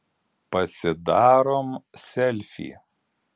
pasidarom selfį